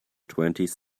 twenties